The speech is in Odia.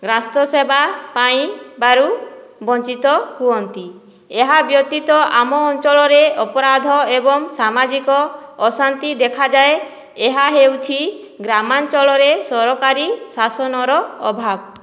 ରାଷ୍ଟ୍ର ସେବା ପାଇବାରୁ ବଞ୍ଚିତ ହୁଅନ୍ତି ଏହାବ୍ୟତୀତ ଆମ ଅଞ୍ଚଳରେ ଅପରାଧ ଏବଂ ସାମାଜିକ ଅଶାନ୍ତି ଦେଖାଯାଏ ଏହା ହେଉଛି ଗ୍ରାମାଞ୍ଚଳରେ ସରକାରୀ ଶାସନର ଅଭାବ